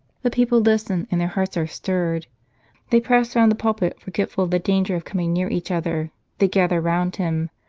the people listen, and their hearts are stirred they press round the pulpit, forgetful of the danger of coming near each other they gather round him.